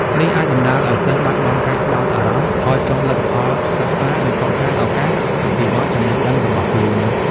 នេះអាចបណ្ដាលឱ្យសិស្សបាត់បង់ការផ្ដោតអារម្មណ៍ ថយចុះលទ្ធផលសិក្សា និងខកខានឱកាសអភិវឌ្ឍចំណេះដឹងរបស់ខ្លួន។